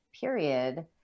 period